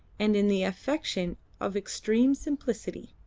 and in the affectation of extreme simplicity.